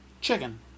chicken